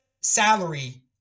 salary